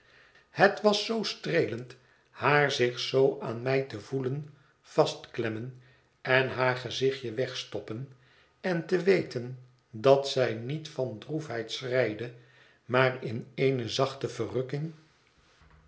het was zoo streelend haar zich zoo aan mij te voelen vastklemmen en haar gezichtje wegstoppen en te weten dat zij niet van droefheid schreide maai in eene zachte